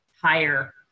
higher